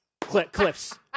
cliffs